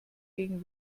gegen